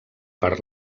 per